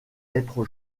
être